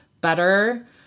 better